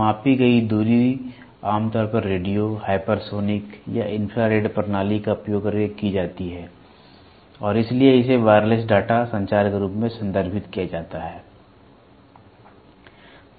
मापी गई दूरी आमतौर पर रेडियो हाइपरसोनिक या इंफ्रारेड प्रणाली का उपयोग करके की जाती है और इसलिए इसे वायरलेस डेटा संचार के रूप में संदर्भित किया जाता है